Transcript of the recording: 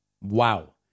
Wow